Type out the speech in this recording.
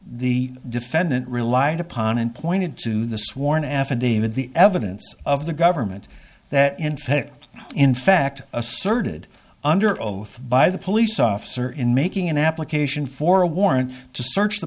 the defendant relied upon and pointed to the sworn affidavit the evidence of the government that in fact in fact asserted under oath by the police officer in making an application for a warrant to search the